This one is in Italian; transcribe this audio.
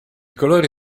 colori